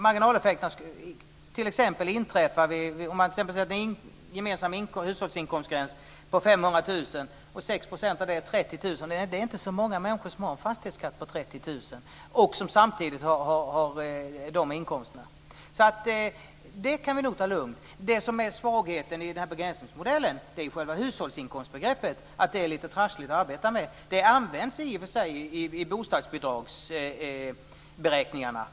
Marginaleffekterna skulle t.ex. inträffa vid en gemensam hushållsinkomstgräns på 500 000 av vilket 6 % är 30 000. Det är inte så många människor som har en fastighetsskatt på 30 000 och som samtidigt har sådana inkomster, så det kan vi nog ta lugnt. Det som är svagheten med begränsningsmodellen är att själva hushållsinkomstbegreppet är lite trassligt att arbeta med. Det används i och för sig i bostadsbidragsberäkningarna.